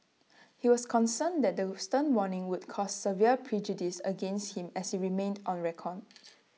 he was concerned that the stern warning would cause severe prejudice against him as IT remained on record